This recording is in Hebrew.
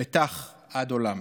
עד עולם".